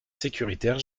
sécuritaire